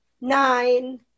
Nine